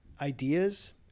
ideas